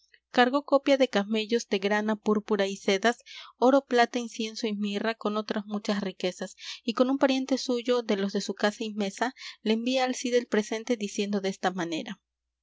cargó copia de camellos de grana púrpura y sedas oro plata incienso y mirra con otras muchas riquezas y con un pariente suyo de los de su casa y mesa le envía al cid el presente diciendo desta manera